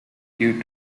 due